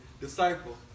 Disciple